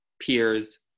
peers